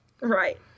Right